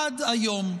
עד היום,